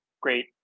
great